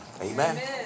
Amen